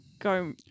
go